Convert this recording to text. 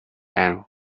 and